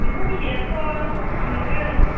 एम्फौ बिदैआथ' मोनगोन